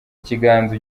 ikiganza